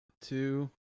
two